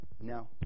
No